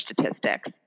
statistics